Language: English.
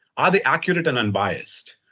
are they accurate and unbiased?